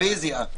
רוויזיה.